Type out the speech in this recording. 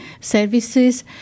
services